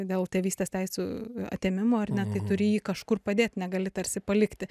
dėl tėvystės teisių atėmimo ar ne tai turi jį kažkur padėt negali tarsi palikti